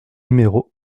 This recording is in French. numéro